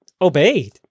obeyed